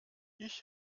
ich